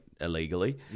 illegally